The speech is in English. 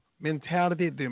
mentality